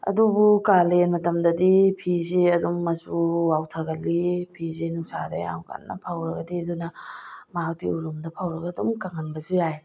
ꯑꯗꯨꯕꯨ ꯀꯥꯂꯦꯟ ꯃꯇꯝꯗꯗꯤ ꯐꯤꯁꯦ ꯑꯗꯨꯝ ꯃꯆꯨ ꯋꯥꯎꯊꯒꯜꯂꯤ ꯐꯤꯁꯦ ꯅꯨꯡꯁꯥꯗ ꯌꯥꯝ ꯀꯟꯅ ꯐꯧꯔꯒꯗꯤ ꯑꯗꯨꯅ ꯃꯍꯥꯛꯇꯤ ꯎꯔꯨꯝꯗ ꯐꯧꯔꯒ ꯑꯗꯨꯝ ꯀꯪꯍꯟꯕꯁꯨ ꯌꯥꯏ